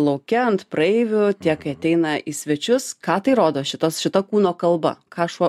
lauke ant praeivių tiek kai ateina į svečius ką tai rodo šitas šita kūno kalba ką šuo